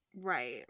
Right